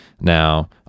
Now